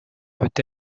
peut